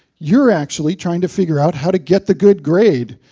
you're actually trying to figure out how to get the good grade,